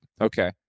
Okay